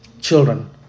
Children